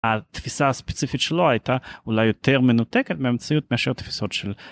התפיסה הספציפית שלו הייתה אולי יותר מנותקת מהמציאות מאשר תפיסות של...